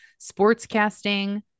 Sportscasting